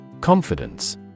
Confidence